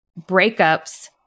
breakups